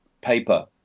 paper